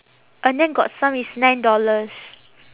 and then got some is nine dollars